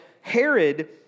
Herod